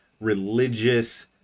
religious